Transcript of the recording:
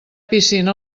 piscina